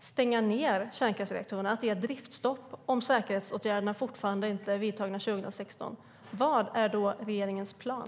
stänga reaktorerna, så att det blir driftstopp, om säkerhetsåtgärderna fortfarande inte är vidtagna år 2016, vad är då regeringens plan?